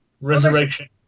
Resurrection